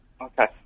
Okay